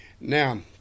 Now